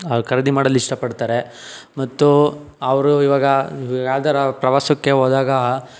ಖರೀದಿ ಮಾಡಲು ಇಷ್ಟಪಡ್ತಾರೆ ಮತ್ತು ಅವರು ಇವಾಗ ಯಾವುದರ ಪ್ರವಾಸಕ್ಕೆ ಹೋದಾಗ